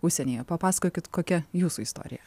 užsienyje papasakokit kokia jūsų istorija